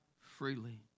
freely